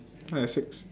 I got six